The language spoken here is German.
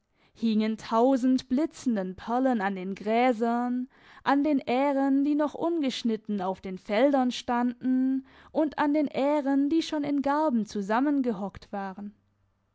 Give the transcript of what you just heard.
in tausend blitzenden perlen an den gräsern an den ähren die noch ungeschnitten auf den feldern standen und an den ähren die schon in garben zusammengehockt waren